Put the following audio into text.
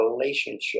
relationship